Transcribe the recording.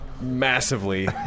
massively